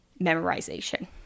memorization